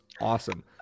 awesome